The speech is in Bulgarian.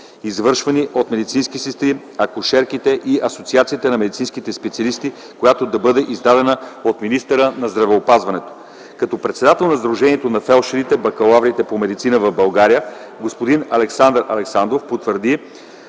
извършвани от медицинските сестри, акушерките и Асоциацията на медицинските специалисти, която да бъде издадена от министъра на здравеопазването. Като председател на Сдружението на фелдшерите-бакалаври по медицина в България, господин Александър Александров потвърди